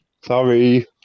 sorry